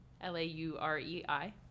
l-a-u-r-e-i